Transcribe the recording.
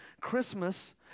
Christmas